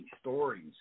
stories